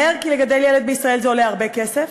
מהר, כי לגדל ילד בישראל עולה הרבה כסף,